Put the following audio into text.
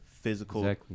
physical